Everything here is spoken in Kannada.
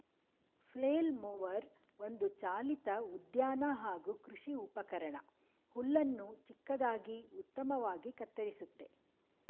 ಫ್ಲೇಲ್ ಮೊವರ್ ಒಂದು ಚಾಲಿತ ಉದ್ಯಾನ ಹಾಗೂ ಕೃಷಿ ಉಪಕರಣ ಹುಲ್ಲನ್ನು ಚಿಕ್ಕದಾಗಿ ಉತ್ತಮವಾಗಿ ಕತ್ತರಿಸುತ್ತೆ